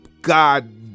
God